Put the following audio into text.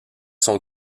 sont